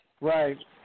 right